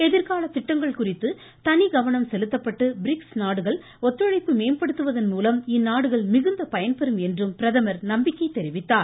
எதிர்கால திட்டங்கள் குறித்து தனி கவனம் செலுத்தப்பட்டு பிரிக்ஸ் நாடுகள் ஒத்துழைப்பு மேம்படுத்துவதன் மூலம் இந்நாடுகள் பயன்பெறும் என்றும் பிரதமர் நம்பிக்கை தெரிவித்தார்